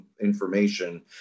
information